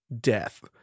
death